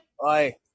Bye